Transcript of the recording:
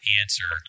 answer